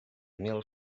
mil